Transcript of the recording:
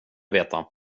veta